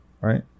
right